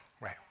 Right